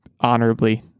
honorably